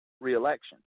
re-election